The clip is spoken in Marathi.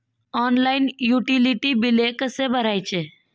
ऑनलाइन युटिलिटी बिले कसे भरायचे?